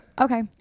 Okay